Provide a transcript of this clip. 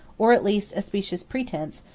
or at least a specious pretence,